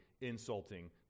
insulting